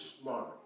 smart